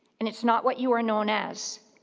and it's not what you are known as,